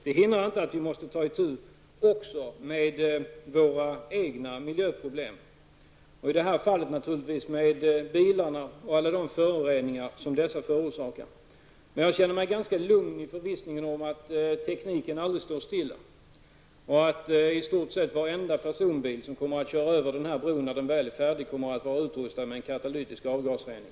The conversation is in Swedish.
Det hindrar inte att vi även måste ta itu med våra egna miljöproblem och i detta fall naturligtvis med bilarna och alla de föroreningar som dessa förorsakar. Men jag känner mig ganska lugn i förvissningen om att tekniken aldrig står stilla och att i stort sett varenda personbil som kör över denna bro när den väl är färdig kommer att vara utrustad med katalytisk avgasrening.